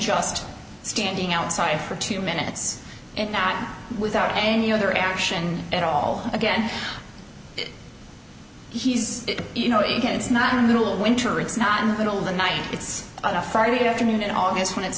just standing outside for two minutes and not without any other action at all again he's you know you can't it's not a middle of winter it's not in the middle of the night it's on a friday afternoon in august when it's